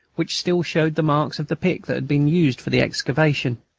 which still showed the marks of the pick that had been used for the excavation.